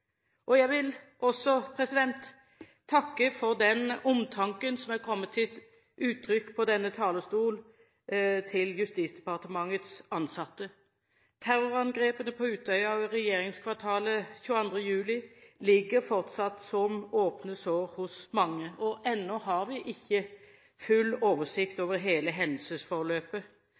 Jeg vil også takke for den omtanken som er kommet til uttrykk fra denne talerstol til Justisdepartementets ansatte. Terrorangrepene på Utøya og regjeringskvartalet 22. juli ligger fortsatt som åpne sår hos mange. Ennå har vi ikke full oversikt over hele hendelsesforløpet.